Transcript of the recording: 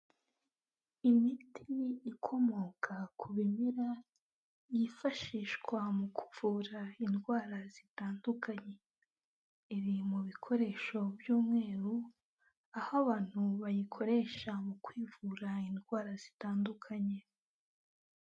Imiti ikomoka ku bimera yifashishwa mu kuvura indwara zitandukanye iri mu bikoresho by'umweru, aho abantu bayikoresha mu kwivura indwara zitandukanye.